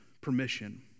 permission